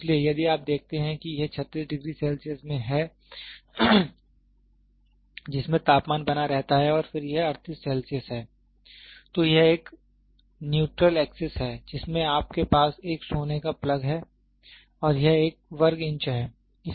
इसलिए यदि आप देखते हैं कि यह 36 डिग्री सेल्सियस है जिसमें तापमान बना रहता है और फिर यह 38 सेल्सियस है तो यह एक न्यूट्रल एक्सिस है जिसमें आपके पास एक सोने का प्लग है और यह एक वर्ग इंच है